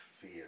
fear